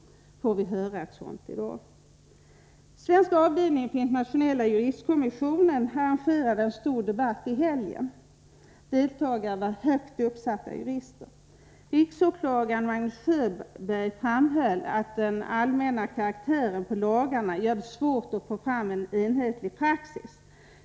Får vi höra ett sådant uttalande i dag? Svenska avdelningen av Internationella juristkommissionen arrangerade en stor debatt i helgen. Deltagare var högt uppsatta jurister. Riksåklagaren Magnus Sjöberg framhöll att den allmänna karaktären på lagarna gör det svårt att få fram en enhetlig praxis.